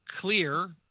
clear –